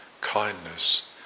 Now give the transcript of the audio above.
Kindness